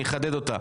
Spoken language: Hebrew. אני אחדד אותה.